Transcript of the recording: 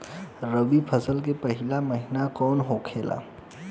रबी फसल के पहिला महिना कौन होखे ला?